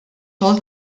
xogħol